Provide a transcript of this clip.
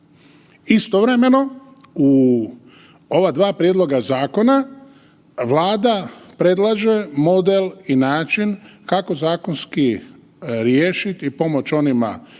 Istovremeno u ova dva prijedloga zakona Vlada predlaže model i način kako zakonski riješiti i pomoći onima koji